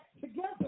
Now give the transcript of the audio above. together